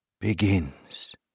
begins